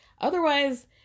Otherwise